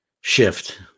shift